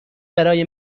برای